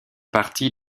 partie